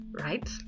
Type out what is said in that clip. Right